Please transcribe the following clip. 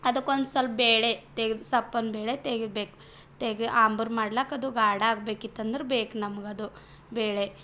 ಅದಕ್ಕೆ ಒಂದು ಸ್ವಲ್ಪ ಬೇಳೆ ತೆಗೆದು ಸೊಪ್ಪಿನ ಬೇಳೆ ತೆಗೀಬೇಕು ತೆಗೆ ಆಂಬ್ರು ಮಾಡ್ಲಿಕ್ಕೆ ಅದು ಗಾಢ ಆಗಬೇಕಿತ್ತು ಅಂದರೆ ಬೇಕು ನಮಗೆ ಅದು ಬೇಳೆ